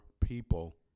people